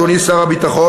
אדוני שר הביטחון,